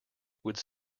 would